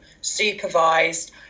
supervised